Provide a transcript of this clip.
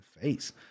face